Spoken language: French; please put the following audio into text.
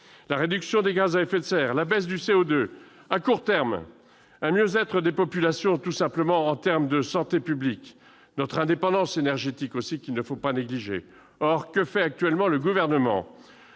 la réduction des gaz à effet de serre, la baisse du CO2 et, à court terme, un mieux-être des populations en termes de santé publique, sans oublier notre indépendance énergétique, qu'il ne faut pas négliger. Or que fait actuellement le Gouvernement ?